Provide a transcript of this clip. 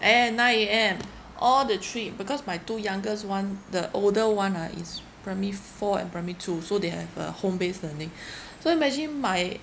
eight nine A_M all the three because my two youngest [one] the older [one] ah is primary f~ four and primary two so they have a home based learning so imagine my